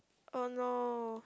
oh no